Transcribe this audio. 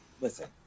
listen